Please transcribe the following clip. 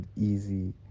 easy